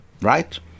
right